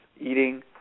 Eating